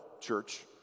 church